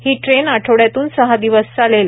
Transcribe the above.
ही train आठवड्यातून सहा दिवस चालेल